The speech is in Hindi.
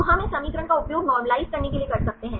तो हम इस समीकरण का उपयोग नोर्मालिजे करने के लिए कर सकते हैं